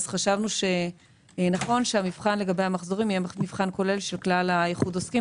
חשבנו שנכון שהמבחן לגבי המחזורים יהיה מבחן כולל של כלל איחוד העוסקים.